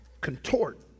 contort